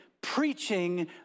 preaching